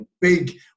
big